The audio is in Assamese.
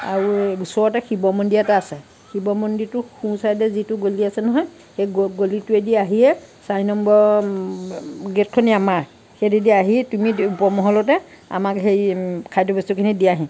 আৰু এই ওচৰতে শিৱ মন্দিৰ এটা আছে শিৱ মন্দিৰটোৰ সোঁ চাইদে যিটো গলি আছে নহয় সেই গ গলিটোৱে দি আহিয়েই চাৰি নম্বৰ গেটখনেই আমাৰ সেইতে দি আহি তুমি ওপৰ মহলতে আমাক হেৰি খাদ্য বস্তুখিনি দিয়াহি